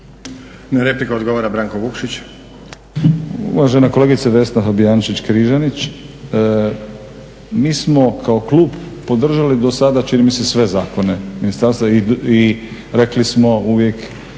laburisti - Stranka rada)** Uvažena kolegice Vesna Fabijančić-Križanić, mi smo kao klub podržali do sada čini mi se sve zakone ministarstva i rekli smo uvijek